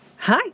Hi